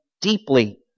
deeply